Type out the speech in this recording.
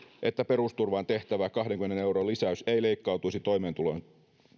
että perusturvaan tehtävä kahdenkymmenen euron lisäys ei leikkautuisi toimeentulotuen